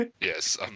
Yes